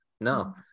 No